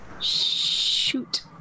Shoot